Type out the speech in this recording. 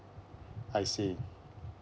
I see